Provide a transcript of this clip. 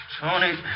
Tony